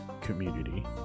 community